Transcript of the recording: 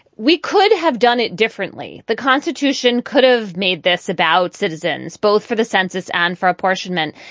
we could have done it differently. the constitution could have made this about citizens both for the census and for apportionment,